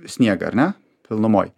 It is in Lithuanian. sniegą ar ne pilnumoj